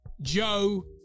joe